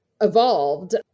evolved